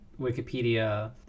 Wikipedia